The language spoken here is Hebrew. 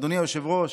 אדוני היושב-ראש,